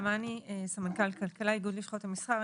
סמנכ"ל כלכלה, איגוד לשכות המסחר.